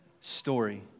story